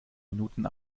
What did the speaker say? minuten